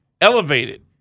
elevated